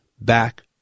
back